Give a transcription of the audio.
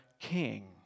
King